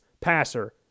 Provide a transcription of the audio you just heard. passer